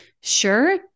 sure